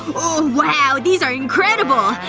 oh wow! these are incredible!